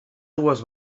dues